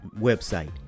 website